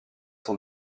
sont